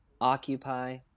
occupy